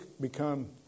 become